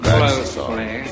closely